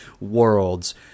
worlds